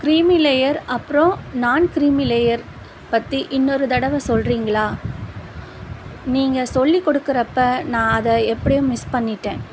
creamy layer அப்புறம் நான் creamy layer பற்றி இன்னொரு தடவை சொல்லுறீங்களா நீங்கள் சொல்லி கொடுக்கறப்போ நான் அதை எப்படியோ மிஸ் பண்ணிவிட்டேன்